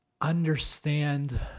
understand